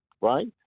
right